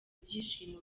ibyishimo